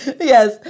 Yes